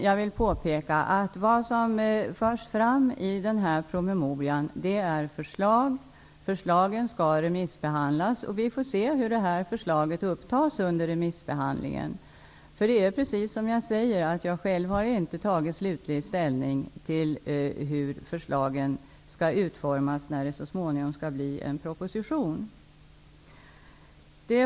Jag vill påpeka att det som förs fram i promemorian är förslag, och de skall remissbehandlas. Vi får se hur man ser på förslagen under remissbehandlingen. Själv har jag inte tagit slutlig ställning till hur förslagen skall utformas när en proposition så småningom skall skrivas.